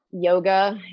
yoga